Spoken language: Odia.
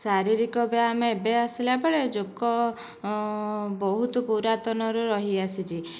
ଶାରୀରିକ ବ୍ୟାୟାମ ଏବେ ଆସିଲାବେଳେ ଯୋଗ ବହୁତ ପୁରାତନ ରୁ ରହିଆସିଛି